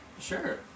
Sure